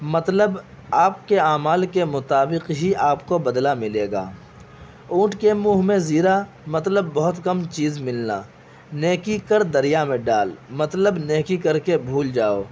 مطلب آپ کے اعمال کے مطابق ہی آپ کو بدلہ ملے گا اونٹ کے منھ میں زیرا مطلب بہت کم چیز ملنا نیکی کر دریا میں ڈال مطلب نیکی کرکے بھول جاؤ